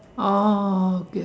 oh